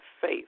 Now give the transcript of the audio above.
faith